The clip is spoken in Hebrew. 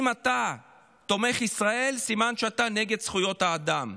אם אתה תומך ישראל, סימן שאתה נגד זכויות האדם,